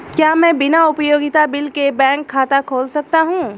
क्या मैं बिना उपयोगिता बिल के बैंक खाता खोल सकता हूँ?